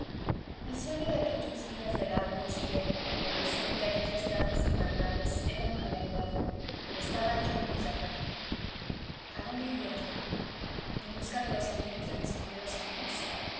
el sueño de aquellos días de largo destierro la ilusión de aquellas tardes invernales era una realidad estaba yo en villaverde adónde iría yo en busca de los amigos de mis primeros años